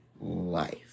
life